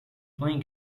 playing